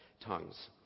tongues